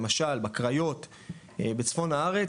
למשל בקריות בצפון הארץ,